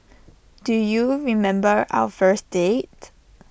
do you remember our first date